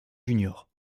junior